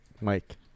Mike